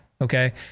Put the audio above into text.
okay